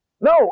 No